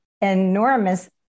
enormous